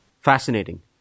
Fascinating